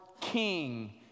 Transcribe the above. king